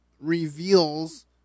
reveals